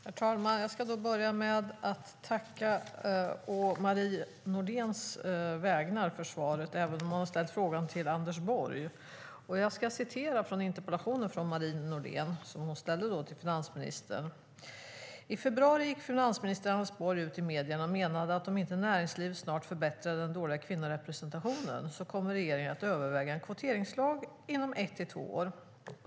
Herr talman! Jag ska börja med att å Marie Nordéns vägnar tacka för svaret, även om hon har ställt frågan till Anders Borg. Jag ska citera från den interpellation som Marie Nordén ställde till finansministern: "I februari gick finansminister Anders Borg ut i medierna och menade att om inte näringslivet snart förbättrar den dåliga kvinnorepresentationen så kommer regeringen att överväga en kvoteringslag inom ett till två år.